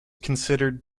considered